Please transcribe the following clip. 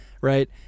right